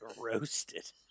roasted